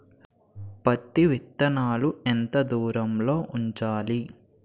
పత్తి విత్తనాలు ఎంత దూరంలో ఉంచాలి?